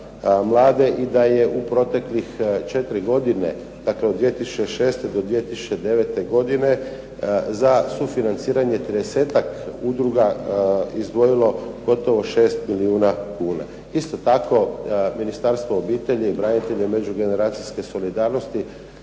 i da je u proteklih 4 godine, dakle od 2006. do 2009. godine za sufinanciranje 30-ak udruga izdvojilo gotovo 6 milijuna kuna. Isto tako Ministarstvo obitelji, branitelja i međugeneracijske solidarnosti